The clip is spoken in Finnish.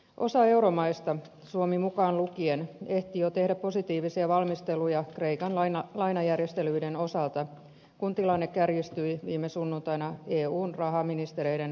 osa euromaista suomi mukaan lukien ehti jo tehdä positiivisia valmisteluja kreikan lainajärjestelyiden osalta kun tilanne kärjistyi viime sunnuntaina eun rahaministereiden hätäkokoukseen